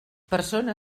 persona